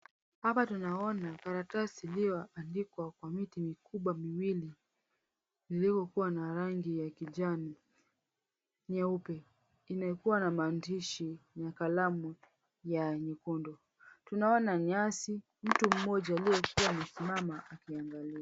Hapa tunaona karatasi iliyoandikwa kwa mti mikubwa miwili iliyokuwa na rangi ya kijani nyeupe iliyokuwa na maandishi ya kalamu ya nyekundu tunaona nyasi mtu mmoja aliyekuwa amesimama akiangalia